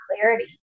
clarity